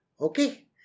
Okay